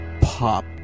pop